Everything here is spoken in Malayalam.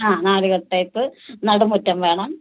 ആ നാല് കെട്ട് ടൈപ്പ് നടുമുറ്റം വേണം